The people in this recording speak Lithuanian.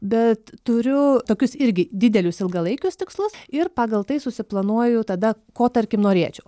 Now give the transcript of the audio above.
bet turiu tokius irgi didelius ilgalaikius tikslus ir pagal tai susiplanuoju tada ko tarkim norėčiau